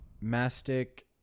mastic